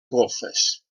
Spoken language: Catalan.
golfes